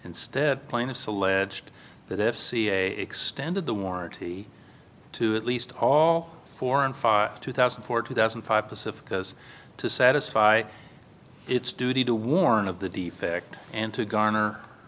instead plaintiffs alleged that if ca extended the warranty to at least all four and five two thousand and four two thousand and five pacifica's to satisfy its duty to warn of the defect and to garner